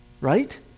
Right